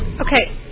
Okay